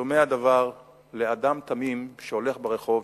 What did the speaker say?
דומה הדבר לאדם תמים שהולך ברחוב,